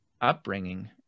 upbringing